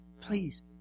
Please